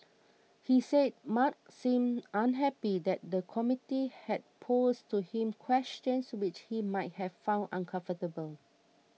he said Mark seemed unhappy that the committee had posed to him questions which he might have found uncomfortable